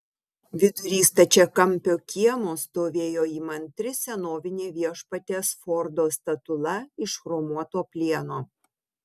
vidury stačiakampio kiemo stovėjo įmantri senovinė viešpaties fordo statula iš chromuoto plieno